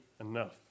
enough